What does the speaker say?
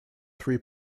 three